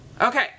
Okay